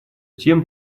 тем